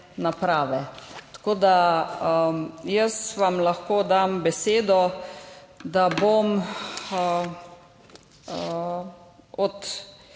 naprave. Jaz vam lahko dam besedo, da bom od